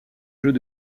jeux